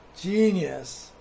Genius